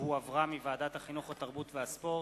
שהחזירה ועדת החינוך, התרבות והספורט.